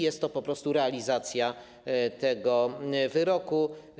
Jest to po prostu realizacja tego wyroku.